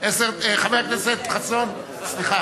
וישיב השר גדעון סער.